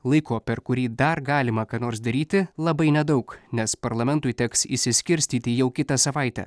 laiko per kurį dar galima ką nors daryti labai nedaug nes parlamentui teks išsiskirstyti jau kitą savaitę